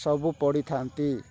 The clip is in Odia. ସବୁ ପଢ଼ିଥାନ୍ତି